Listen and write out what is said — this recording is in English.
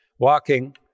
walking